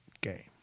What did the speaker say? game